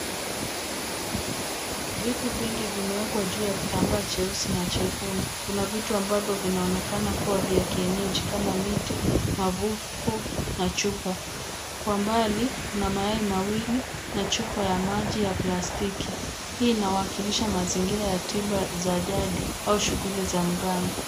Vitu vingine vimewekwa juu ya kitambaa cheusi na chekundu. Kuna vitu vinavyoonekana kuwa vya kienyeji kama miti, mafuvu na chupa. Kwa mbali kuna mayai wawili na chupa mbili ya plastiki. Hii inaashiria shughuli za tiba za jadi au shughuli za mganga.